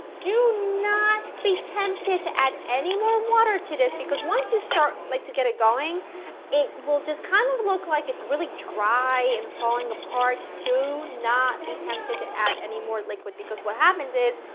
do not be tempted to add any more water to this because once you start like to get it going it will kind of of look like it's really dry and falling apart, do not be tempted to add any more liquid because what happens is,